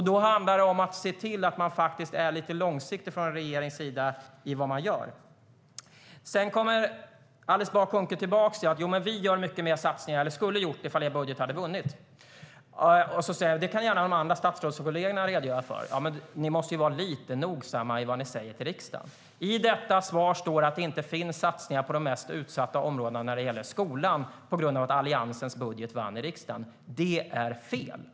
Det handlar om att regeringen ser till att vara lite långsiktig med vad den gör. Alice Bah Kuhnke kommer tillbaka till att regeringen skulle ha gjort många fler satsningar ifall deras budget hade vunnit. Hon säger att även de andra statsrådskollegerna kan redogöra för det. Men ni måste vara lite noggranna med vad ni säger till riksdagen, Alice Bah Kuhnke. I svaret sägs det att det inte finns satsningar på de mest utsatta områdena när det gäller skolan, på grund av att Alliansens budget vann i riksdagen. Det är fel!